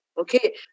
okay